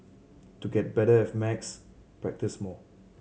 to get better at maths practise more